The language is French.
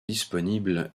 disponibles